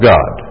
God